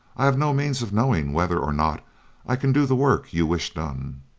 i have no means of knowing whether or not i can do the work you wish done.